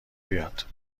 بیاد